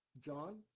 John